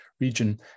region